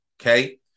okay